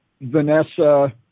vanessa